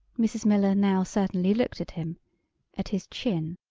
mrs. miller now certainly looked at him at his chin.